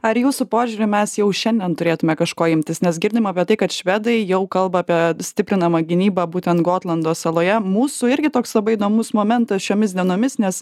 ar jūsų požiūriu mes jau šiandien turėtume kažko imtis nes girdima apie tai kad švedai jau kalba apie stiprinamą gynybą būtent gotlando saloje mūsų irgi toks labai įdomus momentas šiomis dienomis nes